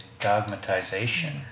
dogmatization